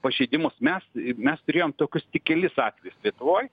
pažeidimus mes mes turėjom tokius tik kelis atvejus lietuvoj